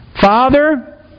Father